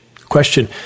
Question